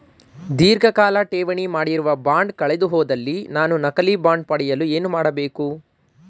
ಧೀರ್ಘಕಾಲ ಠೇವಣಿ ಮಾಡಿರುವ ಬಾಂಡ್ ಕಳೆದುಹೋದಲ್ಲಿ ನಾನು ನಕಲಿ ಬಾಂಡ್ ಪಡೆಯಲು ಏನು ಮಾಡಬೇಕು?